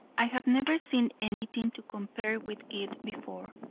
i have never seen anything to compare with it before.